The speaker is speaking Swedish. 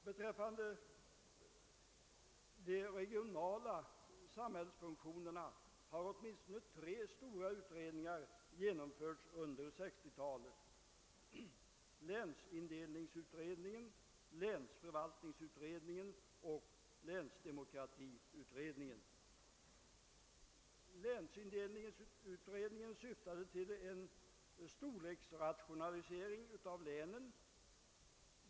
Beträffande de regionala samhällsfunktionerna har åtminstone tre stora utredningar genomförts under 1960-talet: länsindelningsutredningen, länsförvaltningsutredningen och länsdemokratiutredningen. Länsindelningsutredningen syftade till en storleksrationalisering av länen.